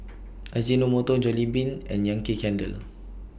Ajinomoto Jollibean and Yankee Candle